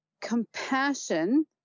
compassion